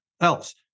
else